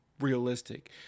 realistic